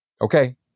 Okay